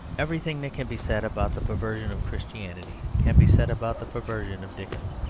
everything that can be said about the perversion of christianity can be said about the perversion of dickens.